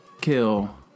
Kill